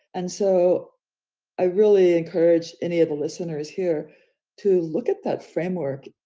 and so i really encourage any of the listeners here to look at that framework.